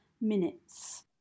minutes